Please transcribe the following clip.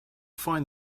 find